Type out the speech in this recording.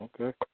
Okay